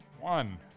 one